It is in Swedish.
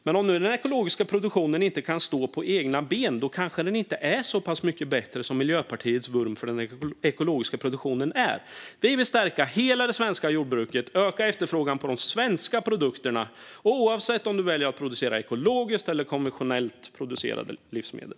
Men om den inte kan stå på egna ben kanske den inte är så pass mycket bättre som Miljöpartiets vurm för den antyder. Vi vill stärka hela det svenska jordbruket och öka efterfrågan på de svenska produkterna, oavsett om det handlar om ekologiskt eller konventionellt producerade livsmedel.